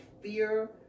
fear